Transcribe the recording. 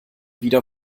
wieder